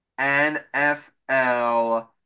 NFL